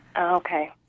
Okay